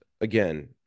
again